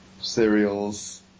cereals